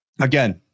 again